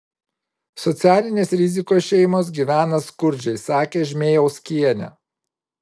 socialinės rizikos šeimos gyvena skurdžiai sakė žmėjauskienė